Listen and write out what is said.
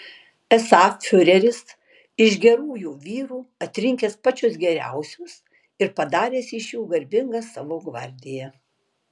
esą fiureris iš gerųjų vyrų atrinkęs pačius geriausius ir padaręs iš jų garbingą savo gvardiją